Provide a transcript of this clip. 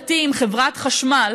השערורייתי עם חברת החשמל